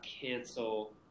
Cancel